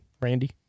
Randy